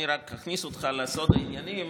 אני רק אכניס אותך לסוד העניינים,